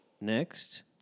Next